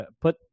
put